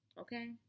Okay